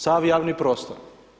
Sav javni prostor.